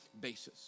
basis